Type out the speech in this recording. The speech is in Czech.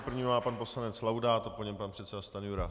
První má pan poslanec Laudát a po něm pan předseda Stanjura.